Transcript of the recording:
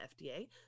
fda